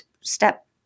step